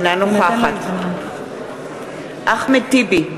אינה נוכחת אחמד טיבי,